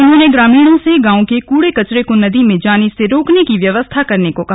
उन्होंने ग्रामीणों से गांव के कूडे कचरे को नदी में जाने से रोकने की व्यवस्था करने को कहा